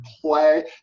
play